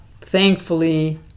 thankfully